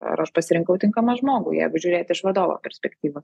ar aš pasirinkau tinkamą žmogų jeigu žiūrėt iš vadovo perspektyva